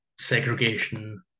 segregation